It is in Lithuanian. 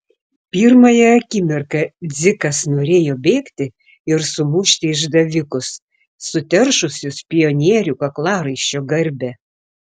pirmąją akimirką dzikas norėjo bėgti ir sumušti išdavikus suteršusius pionierių kaklaraiščio garbę